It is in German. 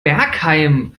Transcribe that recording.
bergheim